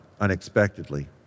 unexpectedly